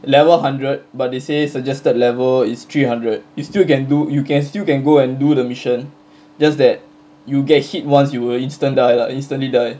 level hundred but they say suggested level is three hundred you still can do you can still can go and do the mission just that you get hit once you will instant die lah instantly die